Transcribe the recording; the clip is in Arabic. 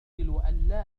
اليوم